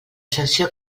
sanció